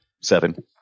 Seven